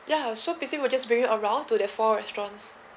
ya so basically we'll just bring you around to the four restaurants